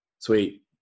Sweet